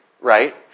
right